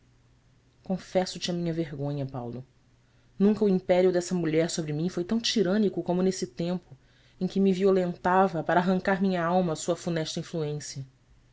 amizades confesso te a minha vergonha paulo nunca o império dessa mulher sobre mim foi tão tirânico como nesse tempo em que me violentava para arrancar minha alma à sua funesta